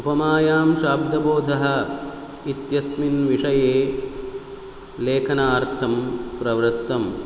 उपमायां शाब्दबोधः इत्यस्मिन् विषये लेखनार्थं प्रवृत्तं